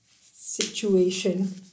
situation